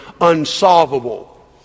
unsolvable